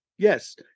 Yes